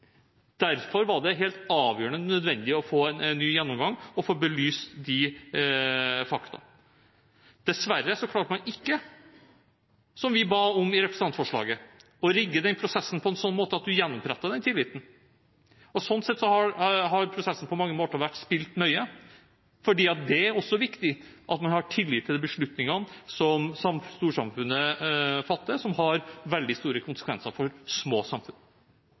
Derfor var det helt avgjørende nødvendig å få en ny gjennomgang, å få belyst de faktaene. Dessverre klarte man ikke, som vi ba om i representantforslaget, å rigge den prosessen på en sånn måte at man gjenopprettet tilliten. Sånn sett har prosessen på mange måter vært spilt nøye, for det er også viktig at man har tillit til de beslutningene som storsamfunnet fatter som har veldig store konsekvenser for små samfunn.